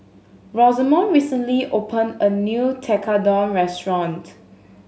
Rosamond recently opened a new Tekkadon restaurant